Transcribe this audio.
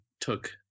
took